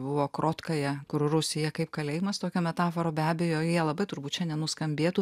buvo krotkaja kur rusija kaip kalėjimas tokia metafora be abejo jie labai turbūt šiandien nuskambėtų